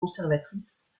conservatrice